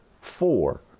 four